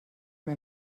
mir